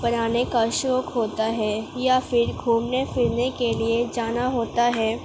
پڑھانے کا شوق ہوتا ہے یا پھر گھومنے پھرنے کے لیے جانا ہوتا ہے